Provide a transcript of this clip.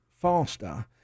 faster